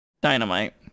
Dynamite